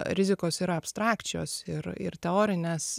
rizikos yra abstrakčios ir ir teorinės